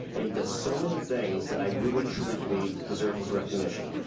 and he does so many things that i really, truly believe deserve his recognition.